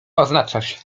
oznaczać